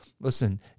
Listen